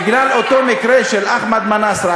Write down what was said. בגלל אותו מקרה של אחמד מנאסרה,